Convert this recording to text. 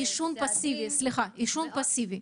עישון פאסיבי.